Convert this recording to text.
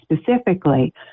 specifically